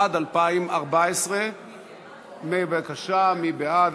(תיקון מס' 4), התשע"ד 2014. בבקשה, מי בעד?